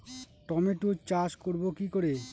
টমেটোর চাষ করব কি করে?